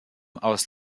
aus